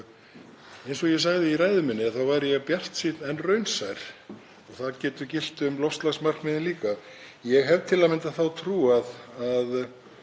Eins og ég sagði í ræðu minni þá er ég bjartsýnn en raunsær og það getur gilt um loftslagsmarkmiðin líka. Ég hef til að mynda þá trú að